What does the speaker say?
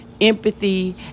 empathy